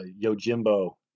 Yojimbo